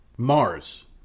Mars